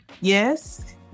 Yes